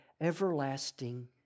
everlasting